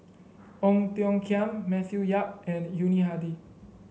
Ong Tiong Khiam Matthew Yap and Yuni Hadi